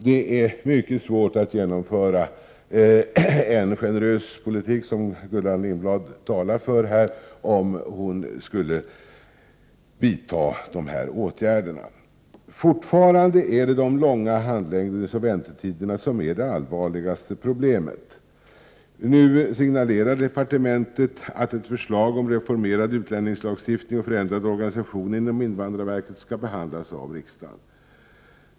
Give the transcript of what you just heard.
Det är mycket svårt att genomföra den generösa politik som Gullan Lindblad talar för om hon skulle vidta dessa åtgärder. Fortfarande är de långa handläggningsoch väntetiderna det allvarligaste problemet. Nu signalerar departementet att ett förslag om reformerad utlänningslagstiftning och förändrad organisation inom invandrarverket skall behandlas av riksdagen.